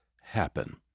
happen